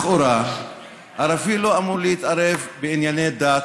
לכאורה ערבי לא אמור להתערב בענייני דת,